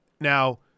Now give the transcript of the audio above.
Now